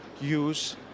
use